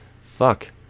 Fuck